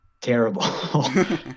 terrible